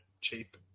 cheap